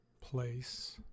place